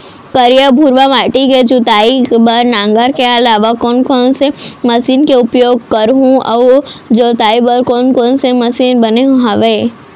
करिया, भुरवा माटी के जोताई बर नांगर के अलावा कोन कोन से मशीन के उपयोग करहुं अऊ जोताई बर कोन कोन से मशीन बने हावे?